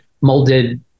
molded